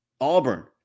auburn